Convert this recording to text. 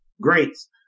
greats